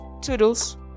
Toodles